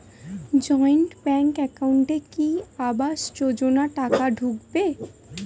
Joint bank একাউন্টে কি আবাস যোজনা টাকা ঢুকবে?